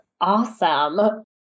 awesome